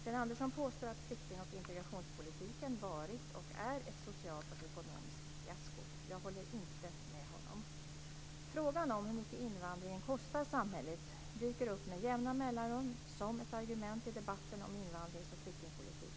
Sten Andersson påstår att flykting och integrationspolitiken varit och är ett socialt och ekonomiskt fiasko. Jag håller inte med honom. Frågan om hur mycket invandringen kostar samhället dyker upp med jämna mellanrum som ett argument i debatten om invandrings och flyktingpolitiken.